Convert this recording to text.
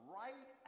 right